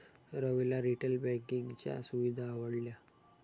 रविला रिटेल बँकिंगच्या सुविधा आवडल्या